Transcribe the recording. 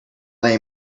they